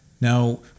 Now